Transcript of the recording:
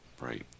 Right